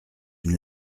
une